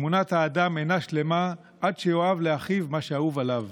אמונת האדם אינה שלמה עד שיאהב לאחיו מה שאהוב עליו.